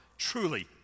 Truly